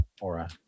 aura